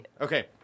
Okay